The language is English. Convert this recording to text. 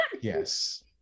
yes